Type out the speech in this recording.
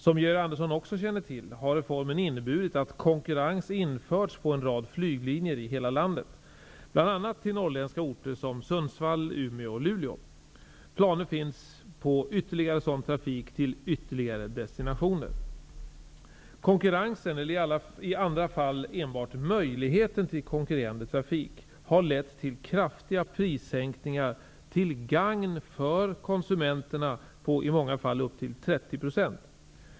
Som Georg Andersson också känner till har reformen inneburit att konkurrens införts på en rad flyglinjer i hela landet, bl.a. till norrländska orter som Sundsvall, Umeå och Luleå. Planer finns på ytterligare sådan trafik till ytterligare destinationer. Konkurrensen, eller i andra fall enbart möjligheten till konkurrerande trafik, har lett till kraftiga prissänkningar till gagn för konsumenterna på i många fall upp till 30 %.